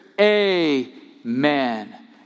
Amen